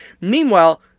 Meanwhile